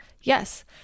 Yes